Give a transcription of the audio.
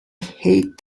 hate